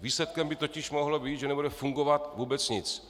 Výsledkem by totiž mohlo být, že nebude fungovat vůbec nic.